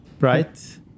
Right